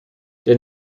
der